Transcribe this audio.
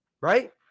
right